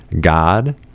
God